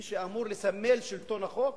מי שאמור לסמל את שלטון החוק,